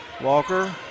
Walker